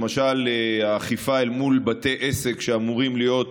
למשל אכיפה אל מול בתי עסק שאמורים להיות סגורים.